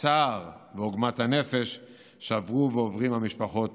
לעומת הצער ועוגמת הנפש שעברו ועוברות המשפחות